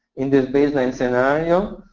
in this baseline scenario.